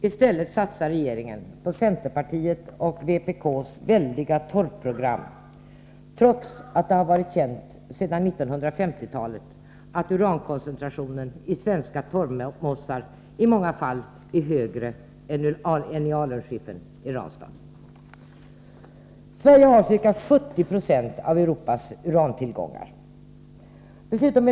I stället satsar regeringen på centerpartiets och vpk:s väldiga torvprogram, trots att det varit känt sedan 1950-talet att urankoncentrationen i svenska torvmossar i många fall är högre än i alunskiffern i Ranstad. Sverige har ca 70 90 av Europas urantillgångar.